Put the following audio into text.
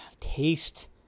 taste